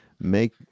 make